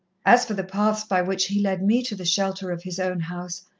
as for the paths by which he led me to the shelter of his own house,